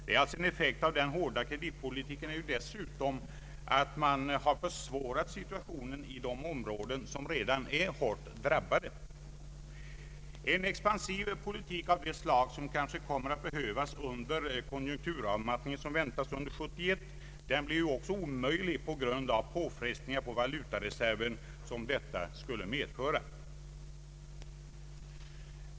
En effekt av den hårda kreditpolitiken är dessutom att man försvårat situationen i de områden som redan är hårt drabbade. En expansiv politik av det slag som kanske kommer att behövas under den konjunkturavmattning vi väntar under 1971 blir omöjlig på grund av de påfrestningar på valutareserven som skulle bli följden.